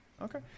Okay